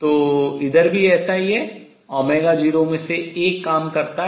तो इधर भी ऐसा ही है 0 में से एक काम करता है